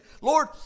Lord